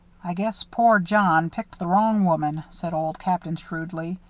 i guess poor john picked the wrong woman, said old captain, shrewdly.